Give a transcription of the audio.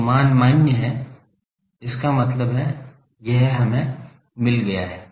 तो मान मान्य है इसका मतलब है यह हमें मिल गया है